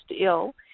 ill